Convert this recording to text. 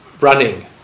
running